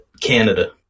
Canada